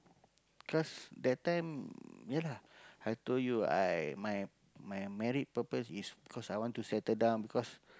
because that time ya lah I told you I my my married purpose is because I want to settle down because